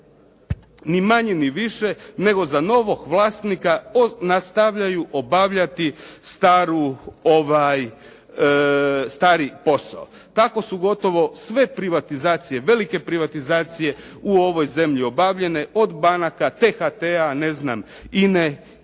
ni manje ni više nego za novog vlasnika nastavljaju obavljati stari posao. Tako su gotovo sve privatizacije, velike privatizacije u ovoj zemlji obavljene, od banaka THT-a, ne znam, INE